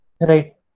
Right